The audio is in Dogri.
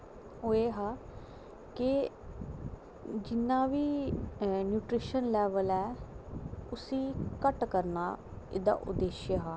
ओह् हा की जिन्ना बी न्यूट्रेशन लेवल ऐ उसी घट्ट करना एह्दा उद्देश्य हा